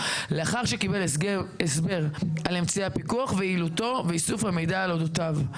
לאחר שקיבל הסבר על אמצעי הפיקוח ויעילותו ואיסוף המידע על אודותיו.